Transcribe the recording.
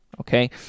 Okay